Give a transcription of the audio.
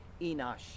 Enosh